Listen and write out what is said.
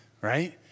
right